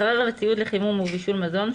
מקרר וציוד לחימום ובישול מזון,